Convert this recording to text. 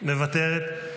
מוותרת.